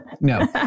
no